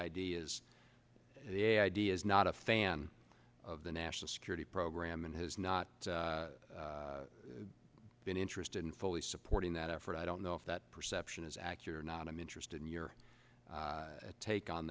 ideas the idea is not a fan of the national security program and has not been interested in fully supporting that effort i don't know if that perception is accurate or not i'm interested in your take on